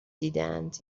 دیدهاند